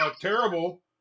terrible